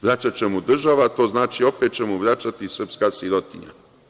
Vraćaće mu država, to znači, opet će mu vraćati srpska sirotinja.